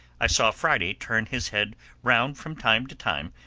i saw friday turn his head round from time to time,